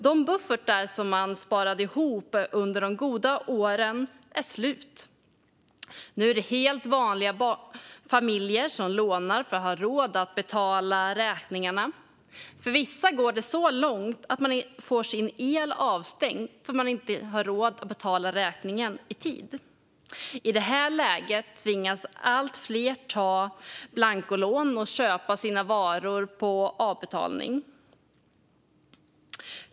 De buffertar som man sparade ihop under de goda åren är slut. Nu är det helt vanliga familjer som lånar för att ha råd att betala räkningarna. För vissa går det så långt att man får sin el avstängd därför att man inte har råd att betala räkningen i tid. I det här läget tvingas allt fler ta blankolån eller köpa sina varor på avbetalning.